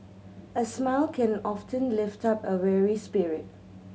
a smile can often lift up a weary spirit